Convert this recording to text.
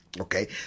Okay